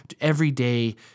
everyday